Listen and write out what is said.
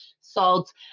salts